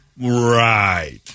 Right